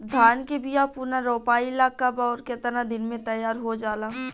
धान के बिया पुनः रोपाई ला कब और केतना दिन में तैयार होजाला?